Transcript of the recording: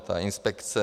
Ta inspekce.